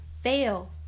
fail